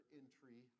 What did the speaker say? entry